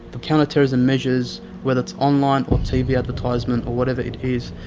the counter-terrorism measures, whether it's online or tv advertisement or whatever it is,